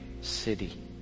city